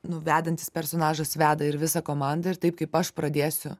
nu vedantis personažas veda ir visą komandą ir taip kaip aš pradėsiu